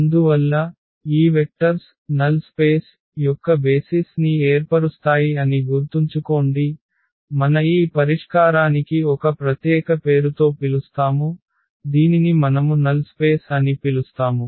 అందువల్ల ఈ వెక్టర్స్ శూన్య స్ధలం యొక్క బేసిస్ ని ఏర్పరుస్తాయి అని గుర్తుంచుకోండి మన ఈ పరిష్కారానికి ఒక ప్రత్యేక పేరుతో పిలుస్తాము దీనిని మనము నల్ స్పేస్ అని పిలుస్తాము